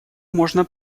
можно